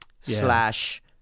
Slash